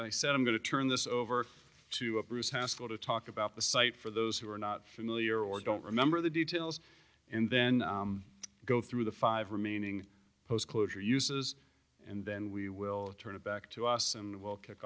i said i'm going to turn this over to a bruce haskell to talk about the site for those who are not familiar or don't remember the details and then go through the five remaining post closure uses and then we will turn it back to us and we'll kick